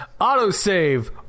Autosave